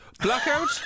Blackout